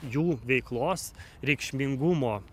jų veiklos reikšmingumo